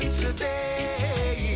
today